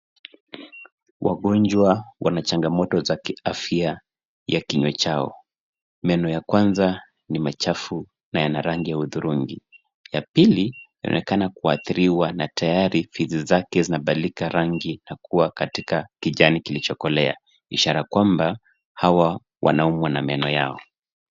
Wagonjwa wana changamoto za kiafya ya kinywa chao. Meno ya kwanza ni machafu na yana rangi ya hudhurungi. Ya pili, inaonekana kuathiriwa na tayari fizi zake zinabadilika rangi kuwa katika kijani kilicho kolea, ishara kwamba hawa wanaumwa na meno yao.